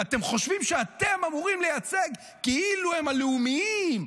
ואתם חושבים שאתם אמורים לייצג כאילו הם הלאומיים,